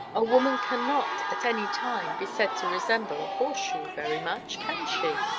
a woman cannot, at any time, be said to resemble a horseshoe very much, can she?